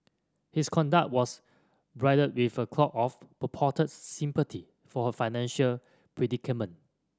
his conduct was bridled with a cloak of purported sympathy for her financial predicament